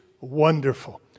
wonderful